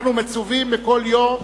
אנחנו מצווים בכל יום,